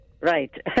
right